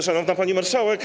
Szanowna Pani Marszałek!